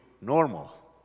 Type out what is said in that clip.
Normal